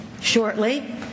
Shortly